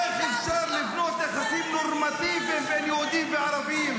איך אפשר לבנות יחסים נורמטיביים בין יהודים לערבים?